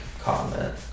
Comment